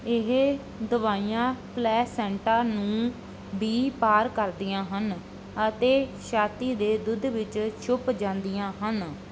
ਇਹ ਦਵਾਈਆਂ ਪਲੈਸੈਂਟਾ ਨੂੰ ਵੀ ਪਾਰ ਕਰਦੀਆਂ ਹਨ ਅਤੇ ਛਾਤੀ ਦੇ ਦੁੱਧ ਵਿੱਚ ਛੁਪ ਜਾਂਦੀਆਂ ਹਨ